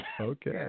Okay